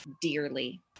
dearly